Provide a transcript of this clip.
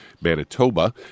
Manitoba